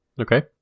Okay